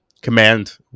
command